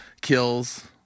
kills